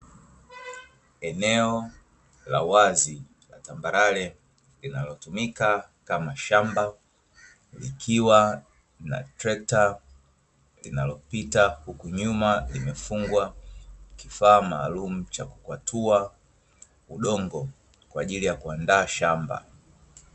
Eneo la uwazi la tambarare linalotumika kama shamba, likiwa na trekta linalopita, huku nyuma limefungwa kifaa maalumu cha kukwatua udongo, kwa ajili ya kuandaa shamba.